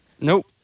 Nope